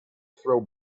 throw